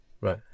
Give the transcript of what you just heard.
Right